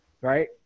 right